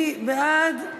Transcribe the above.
מי בעד?